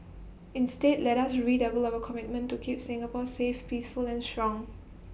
instead let us redouble our commitment to keep Singapore safe peaceful and strong